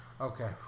Okay